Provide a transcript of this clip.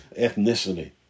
ethnicity